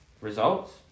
results